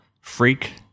freak